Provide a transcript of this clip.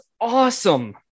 awesome